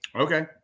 okay